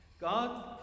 God